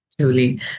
Truly